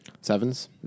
Sevens